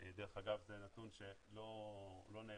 דרך אגב זה נתון שלא נאמר,